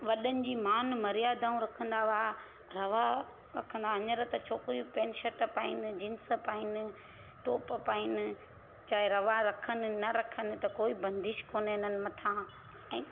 वॾनि जी मान मर्यादाऊं रखंदा हुआ रवा रखंदा हींअर त छोकिरियूं पेंट शट पाइनि जींस पाइनि टॉप पाइनि चाहे रवा रखनि न रखनि त कोई बंदिश कोन्हे इन्हनि मथां ऐं